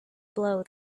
blow